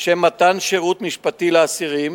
לשם מתן שירות משפטי לאסירים,